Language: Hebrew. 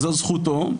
וזו זכותו,